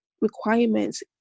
requirements